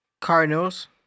Cardinals